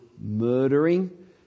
murdering